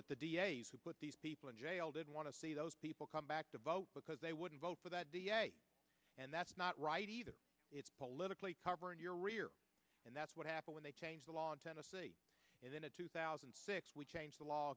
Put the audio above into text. that the d a s who put these people in jail didn't want to see those people come back to vote because they wouldn't vote for that and that's not right either it's politically covering your rear and that's what happened when they changed the law in tennessee and then in two thousand and six we changed the law